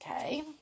okay